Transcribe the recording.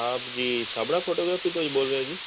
ਆਪ ਜੀ ਛਾਬੜਾ ਫੋਟੋਗ੍ਰਾਫੀ ਤੋਂ ਜੀ ਬੋਲ ਰਹੇ ਹੋ ਜੀ